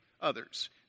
others